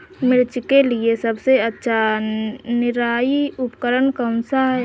मिर्च के लिए सबसे अच्छा निराई उपकरण कौनसा है?